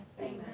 Amen